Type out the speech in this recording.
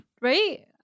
right